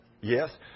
Yes